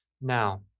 Now